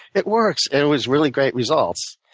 it works. it it was really great results.